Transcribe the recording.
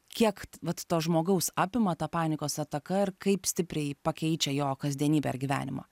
kiek vat to žmogaus apima ta panikos ataka ir kaip stipriai pakeičia jo kasdienybę ir gyvenimą